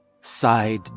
Sighed